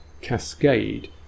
cascade